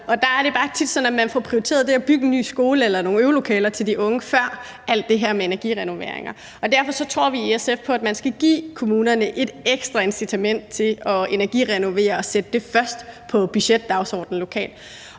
Der er det tit sådan, at man får prioriteret det at bygge en ny skole eller nogle øvelokaler til de unge, før alt det her med energirenoveringer kommer på tale. Og derfor tror vi i SF på, at man skal give kommunerne et ekstra incitament til at energirenovere og sætte det først på budgetdagsordenen lokalt.